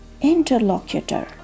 interlocutor